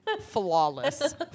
Flawless